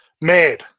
mad